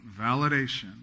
validation